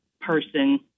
person